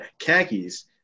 khakis